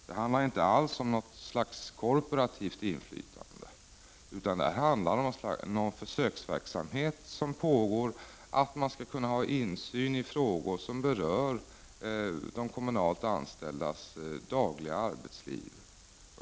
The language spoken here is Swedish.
Det handlar inte alls om något slags korporativt inflytande, utan det handlar om en sorts försöksverksamhet som går ut på att man skall kunna ha insyn i olika frågor som berör de kommunalt anställdas dagliga arbetsliv.